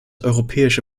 europäische